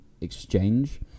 exchange